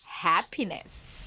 Happiness